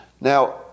Now